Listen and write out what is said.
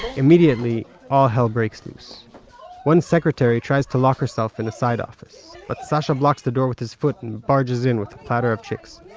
immediately, all hell breaks loose one secretary tries to lock herself in a side office, but sasha blocks the door with his foot and barges in with a platter of chicks.